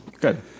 Good